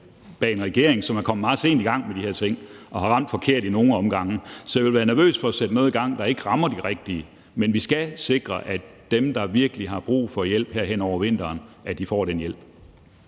bag en regering, som er kommet meget sent i gang med de her ting og har ramt forkert i nogle omgange. Så jeg vil være nervøs for at sætte noget i gang, der ikke rammer de rigtige. Men vi skal sikre, at dem, der virkelig har brug for hjælp her hen over vinteren, får den hjælp.